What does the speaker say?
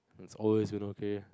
it's always been okay